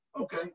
Okay